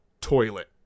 toilet